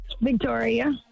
Victoria